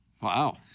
Wow